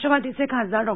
राष्ट्रवादीचे खासदार डॉ